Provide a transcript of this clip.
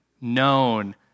known